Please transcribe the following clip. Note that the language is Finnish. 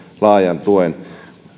laajan tuen